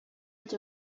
els